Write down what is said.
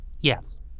Yes